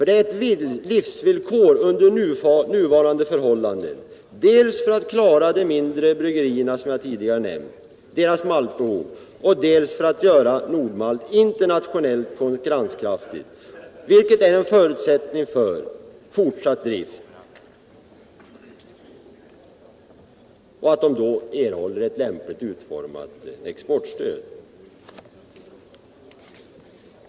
Det är ett livsvillkor under nuvarande förhållanden, dels för att klara maltproduktionen till de mindre bryggerierna, som jag tidigare nämnt, dels för att göra Nord-Malt internationellt konkurrenskraftigt, vilket är en förutsättning för fortsatt drift.